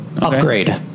Upgrade